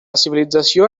civilització